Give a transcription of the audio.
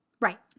Right